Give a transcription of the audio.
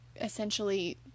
essentially